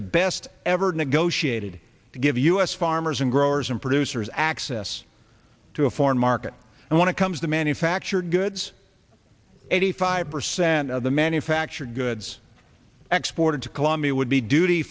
the best ever negotiated to give us farmers and growers and producers access to a foreign market and when it comes to manufactured goods eighty five percent of the manufactured goods export into colombia would be duty